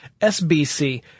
SBC